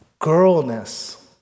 girlness